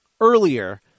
earlier